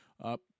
up